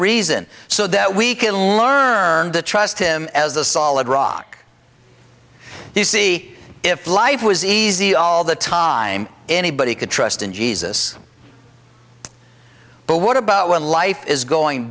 reason so that we can learn to trust him as a solid rock you see if life was easy all the time anybody could trust in jesus but what about when life is going